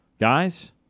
Guys